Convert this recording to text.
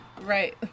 Right